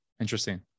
Interesting